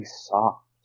soft